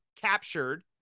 captured